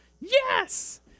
Yes